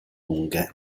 lunghe